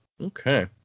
Okay